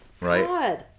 right